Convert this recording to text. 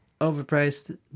overpriced